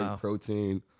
Protein